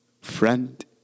friend